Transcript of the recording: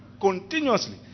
continuously